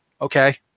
okay